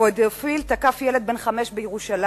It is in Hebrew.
פדופיל תקף ילד בן חמש בירושלים.